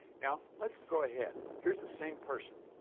now, let's go ahead. here's the same person.